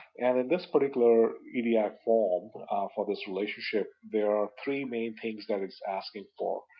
and in this particular edi ah form for this relationship, there are three main things that it's asking for.